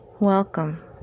Welcome